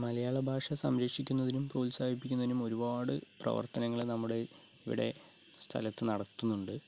മലയാളഭാഷ സംരക്ഷിക്കുന്നതിനും പ്രോത്സാഹിപ്പിക്കുന്നതിനും ഒരുപാട് പ്രവർത്തനങ്ങൾ നമ്മുടെ ഇവിടെ സ്ഥലത്ത് നടത്തുന്നുണ്ട്